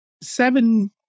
seven